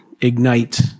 ignite